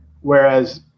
whereas